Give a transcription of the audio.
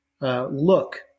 look